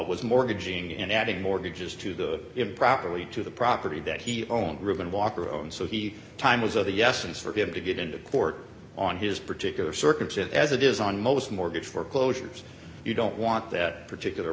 was mortgaging and adding mortgages to the improperly to the property that he own group and walker own so he time was of the yes and for him to get into court on his particular circumstance as it is on most mortgage foreclosures you don't want that particular